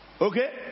Okay